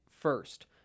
first